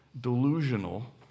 delusional